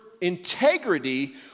integrity